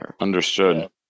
Understood